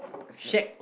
a snake